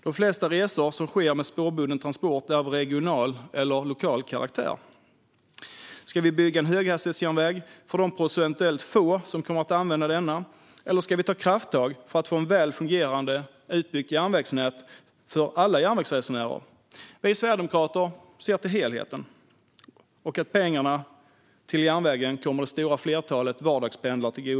De flesta resor som sker med spårbunden transport är av regional eller lokal karaktär. Ska vi bygga en höghastighetsjärnväg för de få procenten som kommer att använda denna, eller ska vi ta krafttag för att få ett väl fungerande och utbyggt järnvägsnät för alla järnvägsresenärer? Vi sverigedemokrater ser till helheten och att pengarna till järnvägen ska komma det stora flertalet vardagspendlare till del.